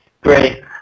Great